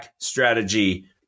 strategy